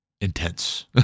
intense